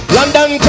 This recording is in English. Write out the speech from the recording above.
London